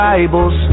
Bibles